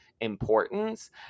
importance